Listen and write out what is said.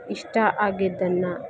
ಇಷ್ಟ ಆಗಿದ್ದನ್ನು